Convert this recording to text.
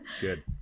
good